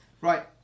Right